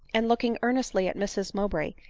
and looking earnestly at mrs mowbray,